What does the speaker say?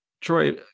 Troy